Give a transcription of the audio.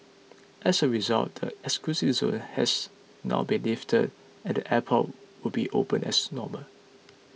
as a result the exclusion zone has now been lifted and the airport will be open as normal